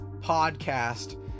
podcast